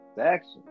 action